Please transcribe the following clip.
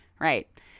right